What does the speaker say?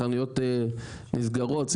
חנויות נסגרות,